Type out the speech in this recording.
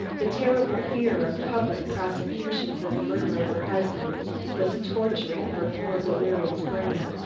the terrible fear of public prosecution for the murder of her husband was torturing her poor delirious brain.